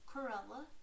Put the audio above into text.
Corella